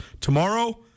Tomorrow